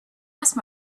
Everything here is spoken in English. asked